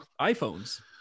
iphones